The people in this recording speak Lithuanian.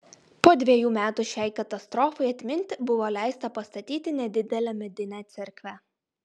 po dvejų metų šiai katastrofai atminti buvo leista pastatyti nedidelę medinę cerkvę